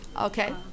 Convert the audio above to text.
Okay